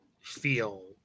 feel